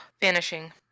vanishing